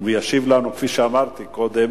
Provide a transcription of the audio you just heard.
ישיב לנו על ההצעה, כפי שאמרתי קודם,